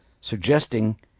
suggesting